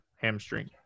hamstring